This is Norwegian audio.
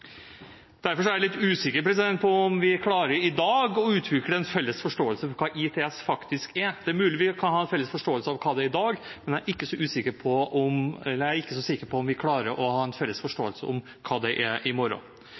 er jeg litt usikker på om vi klarer i dag å utvikle en felles forståelse for hva ITS faktisk er. Det er mulig at vi kan ha en felles forståelse av hva det er i dag, men jeg er ikke så sikker på at vi klarer å få en felles forståelse av hva det er i morgen,